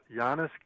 Giannis